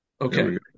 Okay